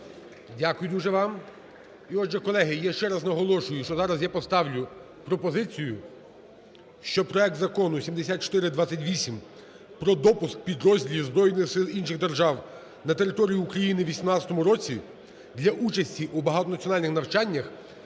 Дякую дуже вам. І отже, колеги, я ще раз наголошую, що зараз я поставлю пропозицію, щоб проект Закону 7428 про допуск підрозділів збройних сил інших держав на територію України в 2018 році для участі у багатонаціональних навчаннях